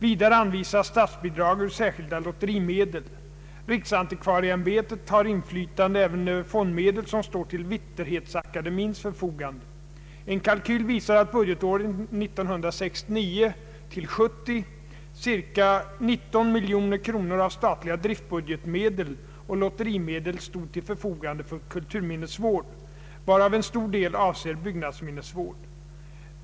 Vidare anvisas statsbidrag ur särskilda lotterimedel. Riksantikvarieämbetet har inflytande även över fondmedel som står till Vitterhetsakademiens förfogande. En kalkyl visar att budgetåret 1969/70 ca 19 milj.kr. av statliga driftbudgetmedel och lotterimedel stod till förfogande för kulturminnesvård, varav en stor del avser byggnadsminnesvård.